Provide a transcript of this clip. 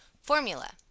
Formula